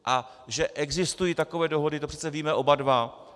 A že existují takové dohody, to přece víme oba dva.